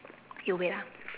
you wait ah